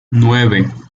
nueve